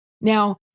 Now